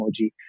emoji